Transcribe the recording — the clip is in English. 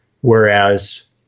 Whereas